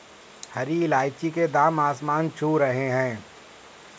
हरी इलायची के दाम आसमान छू रहे हैं